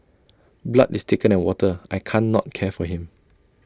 blood is thicker than water I can't not care for him